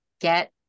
get